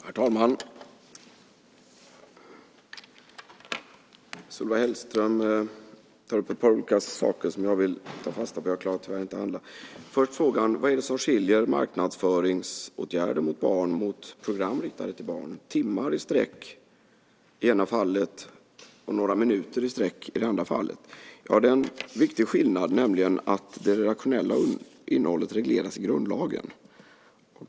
Herr talman! Solveig Hellquist tar upp ett par olika saker som jag vill ta fasta på. Jag klarar tyvärr inte alla. Första frågan var vad det är som skiljer marknadsföringsåtgärder riktade till barn mot program riktade till barn, timmar i sträck i ena fallet och några minuter i sträck i det andra fallet. Det är en viktig skillnad, nämligen att det redaktionella innehållet regleras i grundlagen.